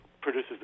produces